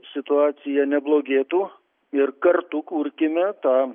situacija neblogėtų ir kartu kurkime tą